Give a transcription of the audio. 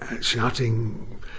shouting